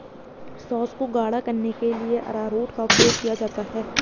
sauce को गाढ़ा करने के लिए अरारोट का उपयोग किया जाता है